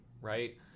right